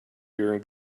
during